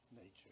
nature